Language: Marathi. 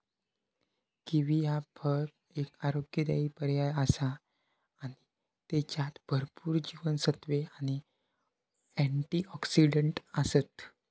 किवी ह्या फळ एक आरोग्यदायी पर्याय आसा आणि त्येच्यात भरपूर जीवनसत्त्वे आणि अँटिऑक्सिडंट आसत